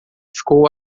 ficou